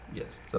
Yes